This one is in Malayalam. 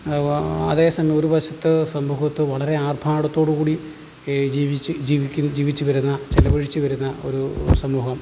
അതേസമയം ഒരു വശത്ത് സമൂഹത്ത് വളരെ ആർഭാടത്തോടുകൂടി ജീവിച്ച് ജീവിക്കും ജീവിച്ചു വരുന്ന ചിലവഴിച്ച് വരുന്ന ഒരു സമൂഹം